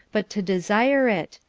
but to desire it.